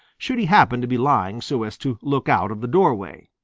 should he happen to be lying so as to look out of the doorway.